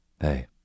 Hey